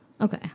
okay